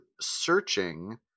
searching